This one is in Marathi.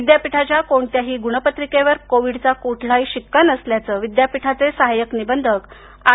विद्यापीठाच्या कोणत्याही गुणपत्रिकेवर कोविडचा कुठल्याही शिक्का नसल्याचे विद्यापीठाचे सहाय्यक निबंधक आर